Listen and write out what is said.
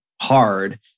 hard